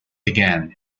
began